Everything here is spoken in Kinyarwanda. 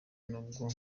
n’ubwo